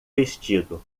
vestido